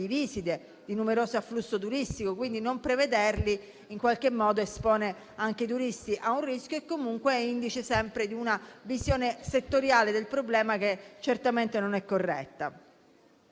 visite e di un notevole afflusso turistico. Quindi, non prevederli espone in qualche modo anche i turisti a un rischio e, comunque, è indice sempre di una visione settoriale del problema, certamente non corretta.